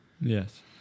Yes